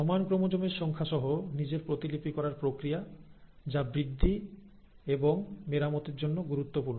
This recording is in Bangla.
সমান ক্রোমোজোমের সংখ্যা সহ নিজের প্রতিলিপি করার প্রক্রিয়া যা বৃদ্ধি এবং মেরামতের জন্য গুরুত্বপূর্ণ